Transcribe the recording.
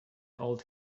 old